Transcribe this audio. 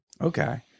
okay